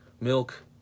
Milk